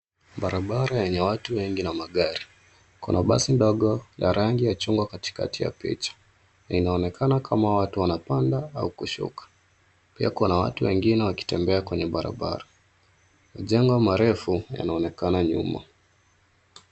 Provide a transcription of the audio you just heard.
Barabara yenye watu wengi na magari. Kuna basi ndogo la rangi ya chungwa katikati ya picha. Inaonekana kama watu wanapanda au kushuka. Pia kuna watu wengine wakitembea kwenye barabara. Majengo marefu yanaonekana nyuma.